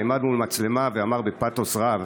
נעמד מול מצלמה ואמר בפתוס רב: